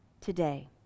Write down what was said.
today